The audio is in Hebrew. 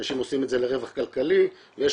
אנשים עושים את זה לרווח כלכלי ויש